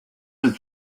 with